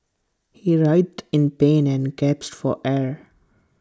he writhed in pain and gasped for air